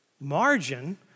Margin